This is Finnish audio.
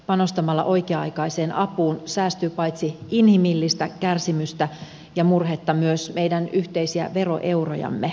panostamalla oikea aikaiseen apuun säästyy paitsi inhimillistä kärsimystä ja murhetta myös meidän yhteisiä veroeurojamme